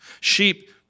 Sheep